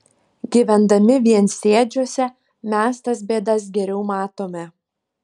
gyvendami viensėdžiuose mes tas bėdas geriau matome